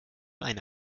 eine